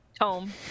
home